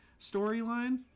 storyline